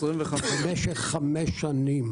למשך חמש שנים.